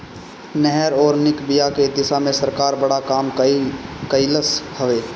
नहर अउरी निक बिया के दिशा में सरकार बड़ा काम कइलस हवे